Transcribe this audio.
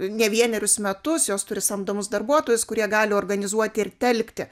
ne vienerius metus jos turi samdomus darbuotojus kurie gali organizuoti ir telkti